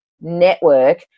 network